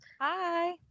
Hi